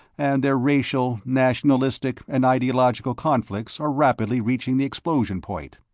and their racial, nationalistic and ideological conflicts are rapidly reaching the explosion point.